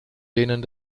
denen